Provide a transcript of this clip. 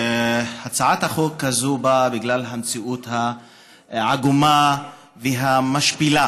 הצעת החוק הזאת באה בגלל המציאות העגומה והמשפילה,